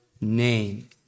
name